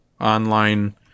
online